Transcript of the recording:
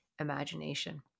imagination